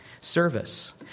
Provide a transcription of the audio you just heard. service